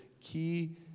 key